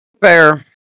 Fair